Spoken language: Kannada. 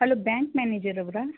hello bank ಮ್ಯಾನೇಜರವರಾ